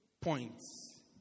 points